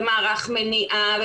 ומערך מניעה,